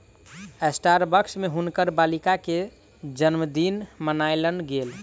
Starbucks में हुनकर बालिका के जनमदिन मनायल गेल